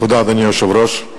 אדוני היושב-ראש,